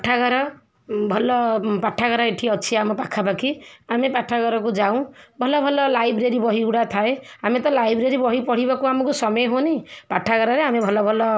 ପାଠାଗାର ଭଲ ପାଠାଗାର ଏଇଠି ଅଛି ଆମ ପାଖାପାଖି ଆମେ ପାଠାଗାରକୁ ଯାଉଁ ଭଲ ଭଲ ଲାଇବ୍ରେରୀ ବହି ଗୁଡ଼ା ଥାଏ ଆମେ ତ ଲାଇବ୍ରେରୀ ବହି ପଢ଼ିବାକୁ ଆମକୁ ସମୟ ହଉନି ପାଠାଗାରରେ ଆମେ ଭଲ ଭଲ